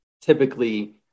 typically